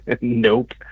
Nope